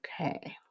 Okay